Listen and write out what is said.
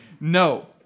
No